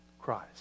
Christ